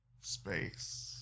space